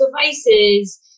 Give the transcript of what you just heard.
devices